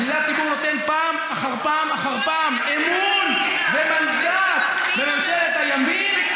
בשביל זה הציבור נותן פעם אחר פעם אחר פעם אמון ומנדט לממשלת הימין,